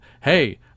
Hey